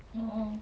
orh